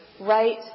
right